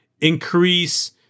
increase